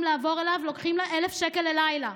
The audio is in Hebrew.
לעבור אליו ולוקחים לה 1,000 שקל ללילה.